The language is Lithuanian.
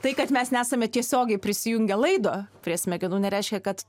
tai kad mes nesame tiesiogiai prisijungę laido prie smegenų nereiškia kad